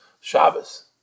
Shabbos